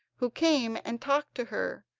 who came and talked to her,